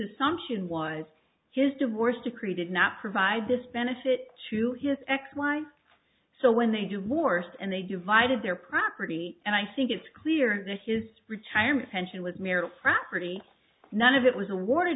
assumption was his divorce decree did not provide this benefit to his ex wife so when they do wars and they divided their property and i think it's clear that his retirement pension was merely property none of it was awar